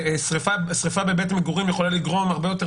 שריפה בבית מגורים יכולה לגרום הרבה יותר